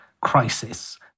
crisis